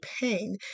pain